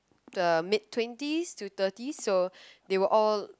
the mid twenties to thirties so they will all